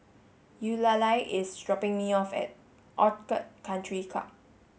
Eulalie is dropping me off at Orchid Country Club